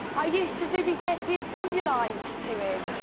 i used to do be blessed being sonia lied to him